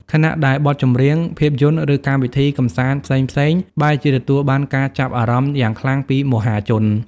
ខណៈដែលបទចម្រៀង ភាពយន្ត ឬកម្មវិធីកម្សាន្តផ្សេងៗ បែរជាទទួលបានការចាប់អារម្មណ៍យ៉ាងខ្លាំងពីមហាជន។